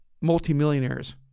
multimillionaires